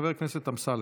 חבר הכנסת אמסלם.